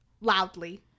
loudly